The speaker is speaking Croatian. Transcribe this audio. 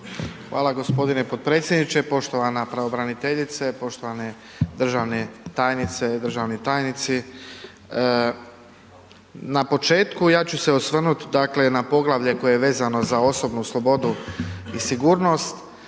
Hvala g. potpredsjedniče. Poštovana pravobraniteljice, poštovane državne tajnice, državni tajnici, na početku, ja ću se osvrnuti dakle na poglavlje koje je vezano za osobnu slobodu i sigurnost